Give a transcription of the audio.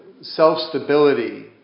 self-stability